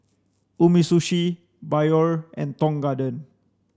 Umisushi Biore and Tong Garden